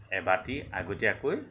এবাতি আগতীয়াকৈ